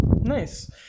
Nice